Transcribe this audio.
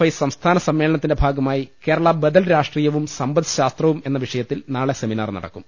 I സംസ്ഥാന സമ്മേളനത്തിന്റെ ഭാഗമായി കേരള ബദൽ രാഷ്ട്രീ യവും സമ്പദ്ശാസ്ത്രവും എന്ന വിഷയത്തിൽ നാളെ സെമിനാർ നടക്കും